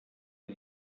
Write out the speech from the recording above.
les